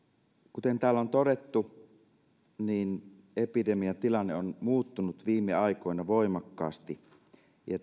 kuten täällä on todettu epidemiatilanne on muuttunut viime aikoina voimakkaasti ja